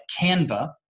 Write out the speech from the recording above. Canva